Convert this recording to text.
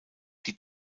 die